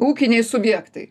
ūkiniai subjektai